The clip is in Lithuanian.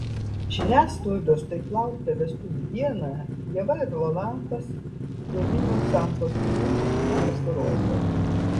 žiniasklaidos taip lauktą vestuvių dieną ieva ir rolandas prie vilniaus santuokų rūmų nepasirodė